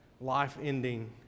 life-ending